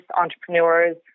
entrepreneurs